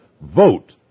vote